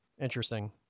Interesting